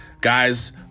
guys